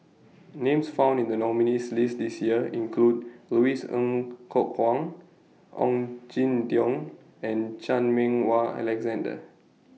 Names found in The nominees' list This Year include Louis Ng Kok Kwang Ong Jin Teong and Chan Meng Wah Alexander